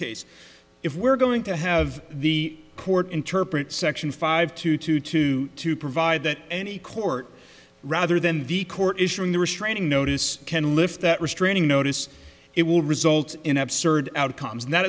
case if we're going to have the court interpret section five two two two two provide that any court rather than the court issuing the restraining notice can lift that restraining notice it will result in absurd outcomes and that